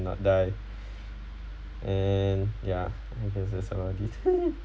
not die and ya I guess that's all